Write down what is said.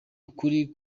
ukuri